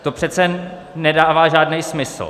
To přece nedává žádný smysl.